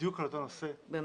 בדיוק על אותו נושא --- באמת?